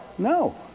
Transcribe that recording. No